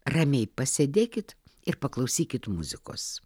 ramiai pasėdėkit ir paklausykit muzikos